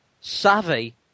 savvy